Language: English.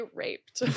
raped